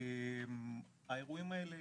האירועים האלה